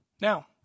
Now